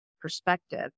perspective